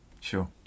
Sure